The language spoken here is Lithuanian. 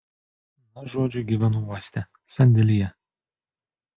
na žodžiu gyvenu uoste sandėlyje